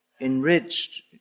enriched